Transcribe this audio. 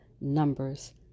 Numbers